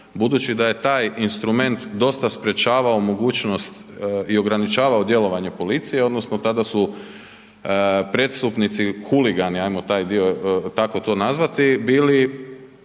budući da je taj instrument dosta sprječavao mogućnost i ograničavao djelovanje policije, odnosno tada su prijestupnici, huligani, hajmo taj dio, tako to nazvati, bili